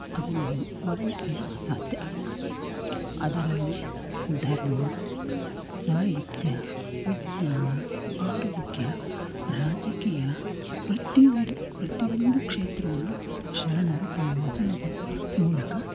ಅದನ್ನು ವರ್ಣಿಸಲು ಅಸಾಧ್ಯ ಅದರಲ್ಲಿ ಧರ್ಮ ಸಾಹಿತ್ಯ ವಿಜ್ಞಾನ ಆರೋಗ್ಯ ರಾಜಕೀಯ ಪ್ರತಿಯೊಂದು ಪ್ರತಿಯೊಂದು ಕ್ಷೇತ್ರವನ್ನು ಶರಣರು ತಮ್ಮ ವಚನದ ಮೂಲಕ